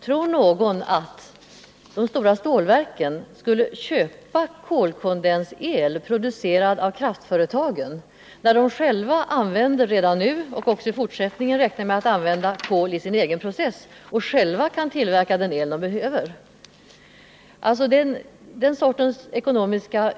Tror någon att de stora stålverken skulle köpa kolkondens-el, producerad av kraftföretagen, när de själva redan nu använder och i fortsättningen räknar med att använda kol sin egen process och därför själva kan frambringa den el de behöver? Sådana ytterst teoretiska